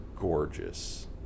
gorgeous